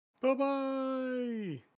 Bye-bye